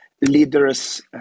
leaders